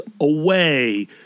away